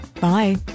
Bye